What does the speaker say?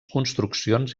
construccions